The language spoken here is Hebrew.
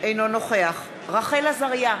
אינו נוכח רחל עזריה,